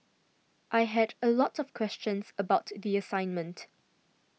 I had a lot of questions about the assignment